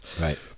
right